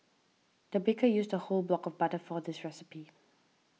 the baker used a whole block of butter for this recipe